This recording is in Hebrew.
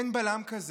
אין בלם כזה.